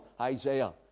Isaiah